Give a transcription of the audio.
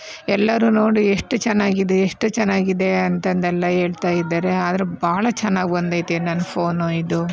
ಎಲ್ಲರೂ ನೋಡಿ ಎಷ್ಟು ಚೆನ್ನಾಗಿದೆ ಎಷ್ಟು ಚೆನ್ನಾಗಿದೆ ಅಂತಂದೆಲ್ಲ ಹೇಳ್ತಾಯಿದ್ದಾರೆ ಆದರೂ ಭಾಳ ಚೆನ್ನಾಗಿ ಬಂದೈತೆ ನನ್ನ ಫೋನು ಇದು